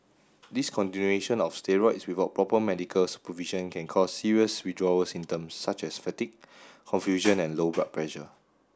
discontinuation of steroid without proper medical supervision can cause serious withdrawal symptoms such as fatigue confusion and low blood pressure